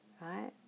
Right